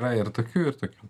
yra ir tokių ir tokių